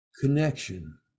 connection